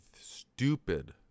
stupid